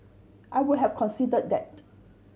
I would have considered that